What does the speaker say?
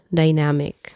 dynamic